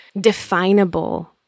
definable